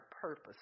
purpose